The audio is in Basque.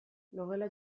logela